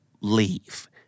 leave